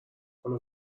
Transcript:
حالا